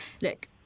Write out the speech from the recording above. look